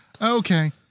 Okay